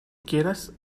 quieras